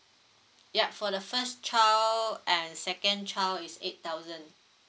yup for the first child and second child is eight thousand